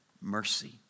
mercy